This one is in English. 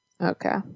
Okay